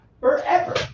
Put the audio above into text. forever